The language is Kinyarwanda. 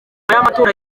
y’amatora